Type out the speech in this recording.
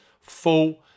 Full